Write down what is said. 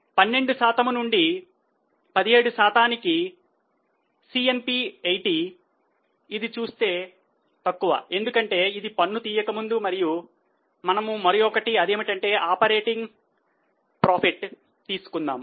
12 శాతం నుండి 17 శాతానికి CNP 80 ఇది చూస్తే తక్కువ ఎందుకంటే ఇది పన్ను తీయక ముందు మరియు మనము మరియొకటి అదేమిటంటే ఆపరేటింగ్ ఆదాయం తీసుకుందాము